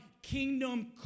kingdom